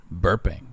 burping